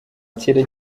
kera